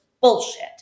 bullshit